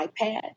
iPad